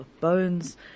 bones